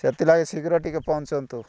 ସେଥିଲାଗି ଶୀଘ୍ର ଟିକେ ପହଞ୍ଚନ୍ତୁ